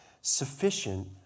sufficient